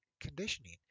conditioning